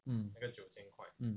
mm mm